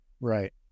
right